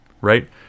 right